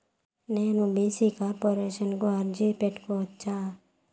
నేను BC corporation కు అర్జీ పెట్టుకోవచ్చా?